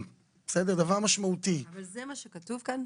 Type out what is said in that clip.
שזה דבר משמעותי --- אבל זה מה שכתוב כאן?